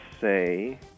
say